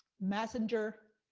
messenger.